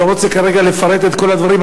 אני לא רוצה כרגע לפרט את כל הדברים.